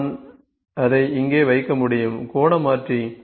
நான் அதை இங்கே வைக்க முடியும் கோண மாற்றி